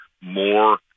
more